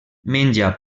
menja